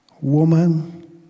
woman